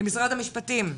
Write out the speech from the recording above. למשרד המשפטים,